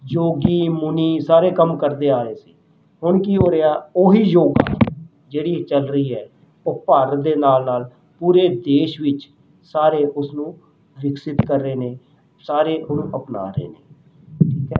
ਜੋਗੀ ਮੁਨੀ ਸਾਰੇ ਕੰਮ ਕਰਦੇ ਆ ਰਹੇ ਸੀ ਹੁਣ ਕੀ ਹੋ ਰਿਹਾ ਉਹੀ ਯੁੱਗ ਆ ਜਿਹੜੀ ਚੱਲ ਰਹੀ ਹੈ ਉਹ ਭਾਰਤ ਦੇ ਨਾਲ ਨਾਲ ਪੂਰੇ ਦੇਸ਼ ਵਿੱਚ ਸਾਰੇ ਉਸਨੂੰ ਵਿਕਸਿਤ ਕਰ ਰਹੇ ਨੇ ਸਾਰੇ ਉਹਨੂੰ ਅਪਣਾ ਰਹੇ ਨੇ ਠੀਕ ਹੈ